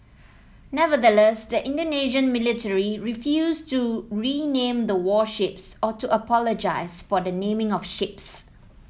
nevertheless the Indonesian military refused to rename the warships or to apologise for the naming of ships